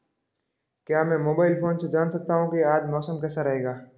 क्या मैं mobile phone से जान सकता हूँ कि आज मौसम कैसा रहेगा?